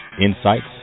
insights